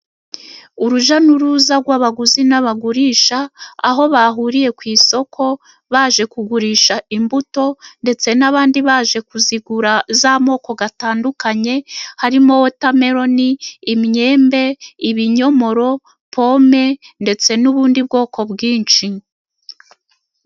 Urujya n'uruza rw' abaguzi n' abagurisha aho bahuriye ku isoko baje kugurisha imbuto ndetse n' abandi baje kuzigura, z' amoko atandukanye harimo wotameloni, imyembe, ibinyomoro, pome ndetse n' ubundi bwoko bwinshi.